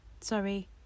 Sorry